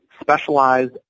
specialized